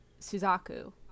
Suzaku